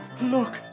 Look